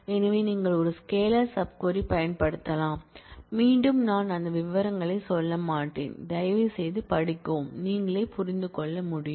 எனவே நீங்கள் ஒரு ஸ்கெலர் சப் க்வரி பயன்படுத்தலாம் மீண்டும் நான் அந்த விவரங்களைச் சொல்ல மாட்டேன் தயவுசெய்து படிக்கவும் நீங்கள் புரிந்து கொள்ள முடியும்